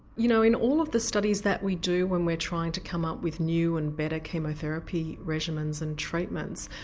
you know in all of the studies that we do when we are trying to come up with new and better chemotherapy regimens and treatments,